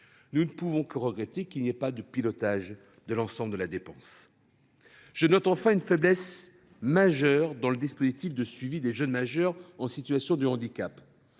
Nous ne pouvons que regretter l’absence de pilotage de l’ensemble de la dépense. Je note enfin une faiblesse majeure dans le dispositif de suivi des jeunes majeurs en situation de handicap.